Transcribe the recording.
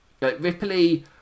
Ripley